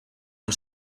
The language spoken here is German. man